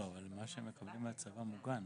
לא, אבל מה שמקבלים מהצבא מוגן.